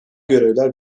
görevler